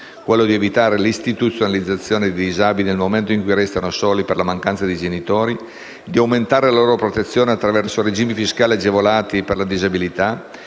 quello di evitare l'istituzionalizzazione dei disabili nel momento in cui resteranno soli per la mancanza dei genitori, di aumentare la loro protezione attraverso regimi fiscali agevolati per la disabilità,